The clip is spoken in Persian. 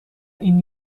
این